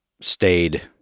stayed